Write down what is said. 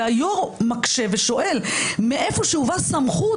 והיושב-ראש מקשה ושואל מאיפה שאובה סמכות